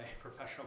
professional